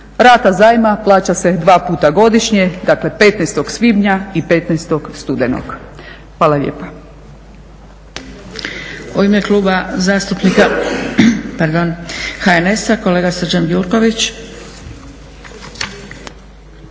Rata zajma plaća se 2 puta godišnje dakle 15. svibnja i 15. studenog. Hvala lijepa.